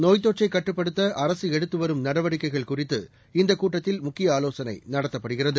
நோய் தொற்றை கட்டுப்படுத்த அரசு எடுத்து வரும் நடவடிக்கைகள் குறித்து இந்த கூட்டத்தில் முக்கிய ஆலோசனை நடத்தப்படுகிறது